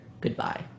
Goodbye